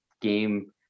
game